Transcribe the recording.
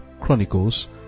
Chronicles